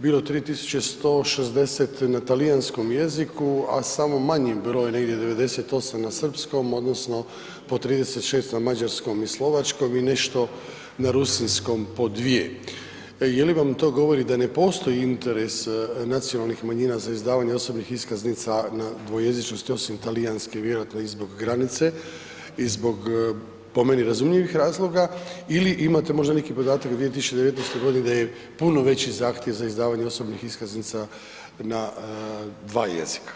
3 160 na talijanskom jeziku a samo manji broj, negdje 98 na srpskom odnosno po 36 na mađarskom i slovačkom i nešto na rusinskom, po 2. Je li vam to govori da ne postoji interes nacionalnih manjina za izdavanje osobnih iskaznica na dvojezičnosti osim talijanske, vjerojatno i zbog granice i zbog po meni razumljivih razloga ili imate možda neki podatak 2019. g. da je puno veći zahtjev za izdavanjem osobnih iskaznica na 2 jezika?